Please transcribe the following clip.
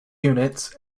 units